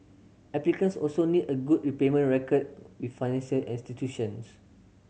applicants also need a good repayment record with financial institutions